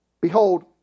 behold